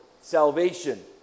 salvation